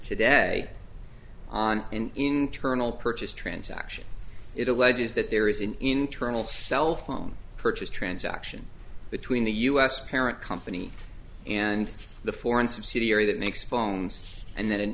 today on an internal purchase transaction it alleges that there is an internal cell phone purchase transaction between the us parent company and the foreign subsidiary that makes phones and then an